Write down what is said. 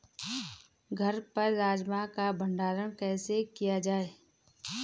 घर पर राजमा का भण्डारण कैसे किया जाय?